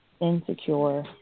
insecure